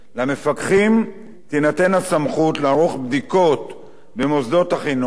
למפקחים תינתן הסמכות לערוך בדיקות במוסדות החינוך